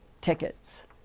tickets